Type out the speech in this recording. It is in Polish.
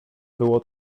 było